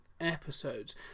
episodes